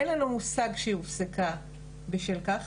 אין לנו מושג שהיא הופסקה בשל כך